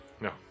No